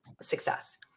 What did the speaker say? success